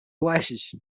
glasses